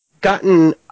gotten